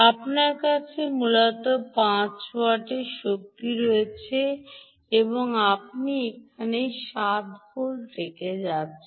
আপনার কাছে মূলত 5 ওয়াট শক্তি রয়েছে এবং আপনি এখানে 7 ভোল্ট রেখে যাচ্ছেন